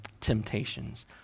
temptations